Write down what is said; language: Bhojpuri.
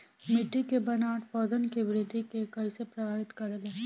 मिट्टी के बनावट पौधन के वृद्धि के कइसे प्रभावित करे ले?